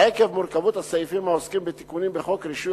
עקב מורכבות הסעיפים העוסקים בתיקונים בחוק רישוי